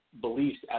beliefs